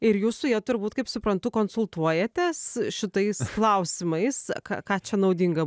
ir jūs su ja turbūt kaip suprantu konsultuojatės šitais klausimais ką ką čia naudinga